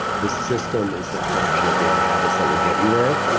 the system is the collection of daily habits that will get you there.